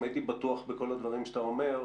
אם הייתי בטוח בכל הדברים שאתה אומר,